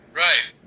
Right